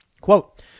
Quote